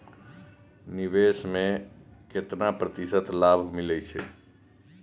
निवेश में केतना प्रतिशत लाभ मिले छै?